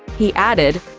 he added,